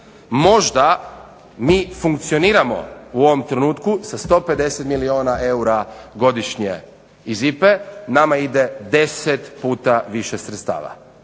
možda mi funkcioniramo u ovom trenutku sa 150 milijuna eura godišnje iz IPA-e, nama ide 10 puta više sredstava